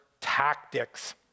tactics